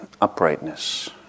uprightness